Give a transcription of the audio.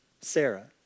Sarah